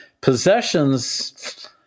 Possessions